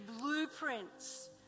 blueprints